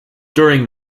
during